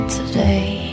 today